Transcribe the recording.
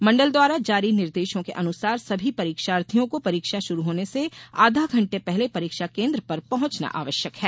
मंडल द्वारा जारी निर्देशो के अनुसार सभी परीक्षार्थियों को परीक्षा शुरू होने से आधा घंटे पहले परीक्षा केंद्र पर पहुंचना आवश्यक हैं